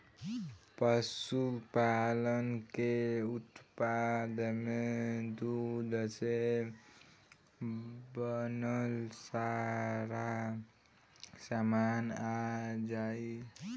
पशुपालन के उत्पाद में दूध से बनल सारा सामान आ जाई